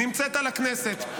נמצאת על הכנסת.